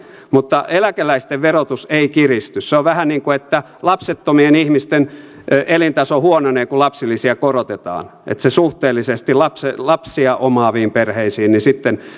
mutta eläkeläisten verotus ei kiristy se on vähän niin kuin että lapsettomien ihmisten elintaso huononee kun lapsilisiä korotetaan että se suhteellisesti lapsia omaaviin perheisiin kärsii